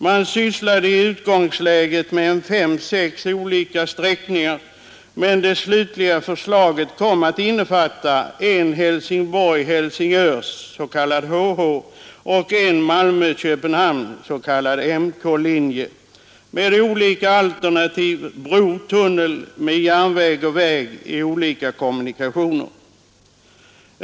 Man sysslade i utgångsläget med fem sex olika sträckningar, men det slutliga förslaget kom att innefatta en Helsingborg—Helsingör-förbindelse, den s.k. HH-linjen, och en förbindelse Malmö—Köpenhamn, den s.k. MK-linjen, med olika alternativ: bro eller tunnel, järnväg och väg i olika kombinationer.